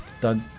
Doug